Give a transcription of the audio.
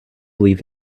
believe